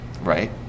right